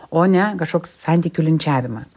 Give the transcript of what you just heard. o ne kažkoks santykių linčiavimas